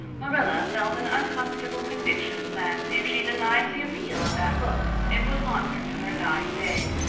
marilla felt an uncomfortable conviction that, if she denied the appeal of that look, it would haunt her to her dying day.